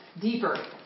deeper